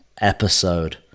episode